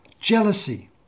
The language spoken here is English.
Jealousy